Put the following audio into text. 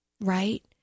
Right